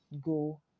go